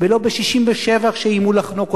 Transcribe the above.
ולא ב-1967 כשאיימו לחנוק אותנו,